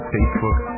Facebook